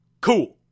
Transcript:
Cool